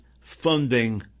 funding